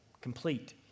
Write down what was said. Complete